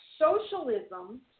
socialism